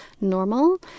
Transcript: normal